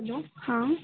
hello हाँ